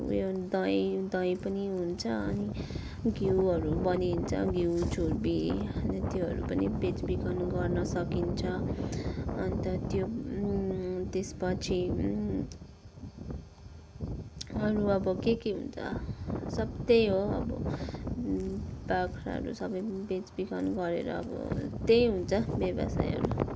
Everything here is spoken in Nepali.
उयो दही दही पनि हुन्छ अनि घिउहरू बनिन्छ घिउ छुर्पी अनि त्योहरू पनि बेचबिखन गर्न सकिन्छ अन्त त्यो त्यसपछि अरू अब के के हुन्छ सब त्यही हो अब बाख्राहरू सबै बेचबिखन गरेर अब त्यही हुन्छ व्यवसायहरू